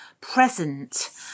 present